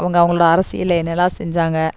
அவங்க அவங்களோடய அரசியல்ல என்னெல்லாம் செஞ்சாங்க